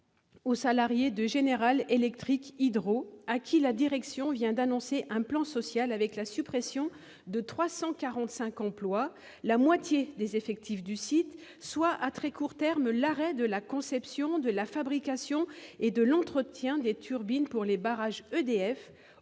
aux salariés de General Electric Hydro, auxquels la direction vient d'annoncer un plan social, avec la suppression de 345 emplois, c'est-à-dire la moitié des effectifs du site, ce qui signifie, à très court terme, l'arrêt de la conception, de la fabrication et de l'entretien des turbines pour les barrages EDF,